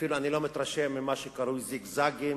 אני אפילו לא מתרשם ממה שקרוי זיגזגים.